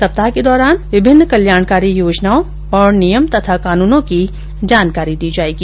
सप्ताह के दौरान विभिन्न कल्याणकारी योजनाओं तथा नियम और कानूनों की जानकारी दी जाएगी